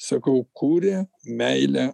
sakau kūrė meilę